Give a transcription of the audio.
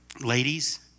Ladies